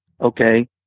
okay